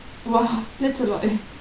!wah! that's a lot eh